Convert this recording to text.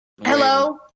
Hello